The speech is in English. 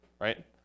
right